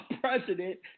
president